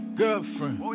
girlfriend